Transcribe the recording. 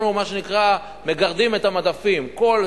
אנחנו מגרדים את המדפים, מה שנקרא.